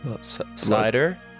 Slider